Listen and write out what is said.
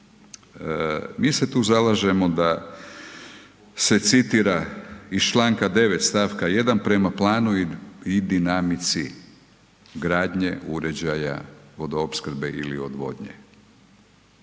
Mi se tu zalažemo da se citira iz Članka 9. stavka 1. prema planu i dinamici gradnje uređaja vodoopskrbe ili odvodnje,